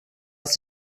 ist